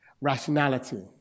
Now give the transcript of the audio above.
rationality